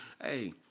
Hey